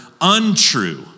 untrue